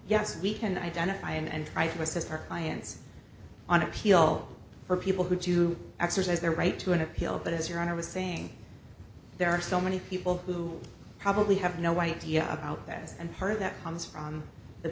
yes we can identify and try to assist our clients on appeal for people who do exercise their right to an appeal but as your honor was saying there are so many people who probably have no idea about that and part of that comes from the